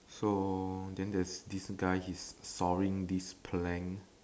so then there's this guy he's sawing this plank